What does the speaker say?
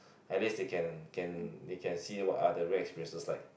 at least they can can they can see what are the real experiences like